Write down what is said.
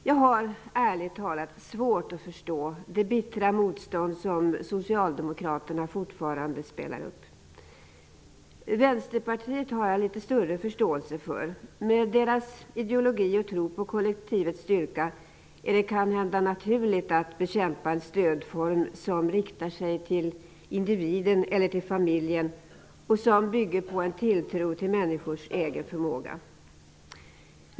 Jag har, ärligt talat, svårt att förstå det bittra motstånd som Socialdemokraterna fortfarande spelar upp. Vänsterpartiet har jag litet större förståelse för. Med deras ideologi och tro på kollektivets styrka är det kanhända naturligt att bekämpa en stödform som riktar sig till individen, eller till familjen, och som bygger på en tilltro till människors egen förmåga.